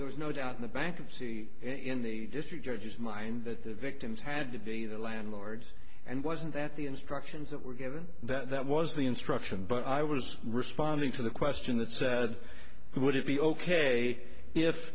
there's no doubt in the bankruptcy in the district judges mind that the victims had to be the landlord and wasn't that the instructions that were given that was the instruction but i was responding to the question that said would it be ok if